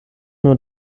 nur